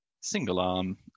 single-arm